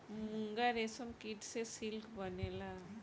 मूंगा रेशम कीट से सिल्क से बनेला